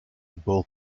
both